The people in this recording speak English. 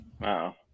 Wow